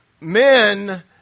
men